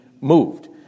moved